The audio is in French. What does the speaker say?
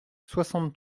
soixante